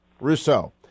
Rousseau